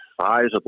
sizable